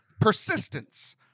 Persistence